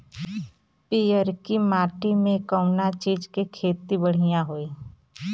पियरकी माटी मे कउना चीज़ के खेती बढ़ियां होई?